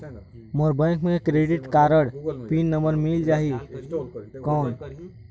मोर bank मे credit card pin number मिल जाहि कौन?